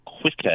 quicker